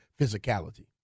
physicality